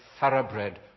thoroughbred